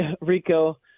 Rico